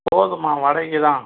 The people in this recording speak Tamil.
போதும்மா வடைக்கு தான்